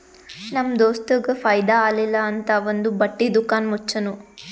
ನಮ್ ದೋಸ್ತಗ್ ಫೈದಾ ಆಲಿಲ್ಲ ಅಂತ್ ಅವಂದು ಬಟ್ಟಿ ದುಕಾನ್ ಮುಚ್ಚನೂ